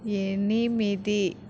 ఎనిమిది